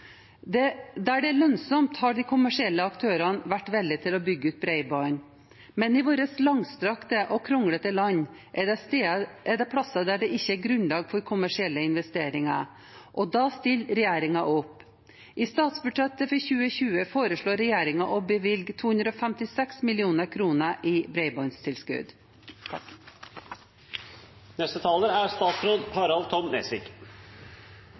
bor. Der det er lønnsomt, har de kommersielle aktørene vært villige til å bygge ut bredbånd, men i vårt langstrakte og kronglete land er det steder det ikke er grunnlag for kommersielle investeringer. Da stiller regjeringen opp. I statsbudsjettet for 2020 foreslår regjeringen å bevilge 256 mill. kr i bredbåndstilskudd. Den globale etterspørselen etter sjømat er økende. Norge er verdens nest største sjømateksportør. Hver dag serveres det 37 millioner norske sjømatmåltider i